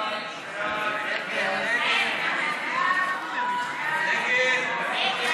להעביר לוועדה את הצעת חוק